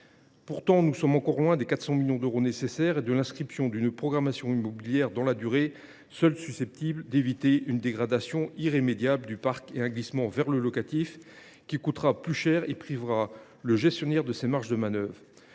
Pourtant, nous sommes encore loin des 400 millions d’euros nécessaires et de l’inscription d’une programmation immobilière dans la durée, seule susceptible d’éviter une dégradation irrémédiable du parc et un glissement vers le locatif, qui coûtera plus cher et privera le gestionnaire de ses marges de manœuvre.